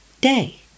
day